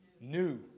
new